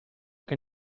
che